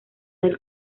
del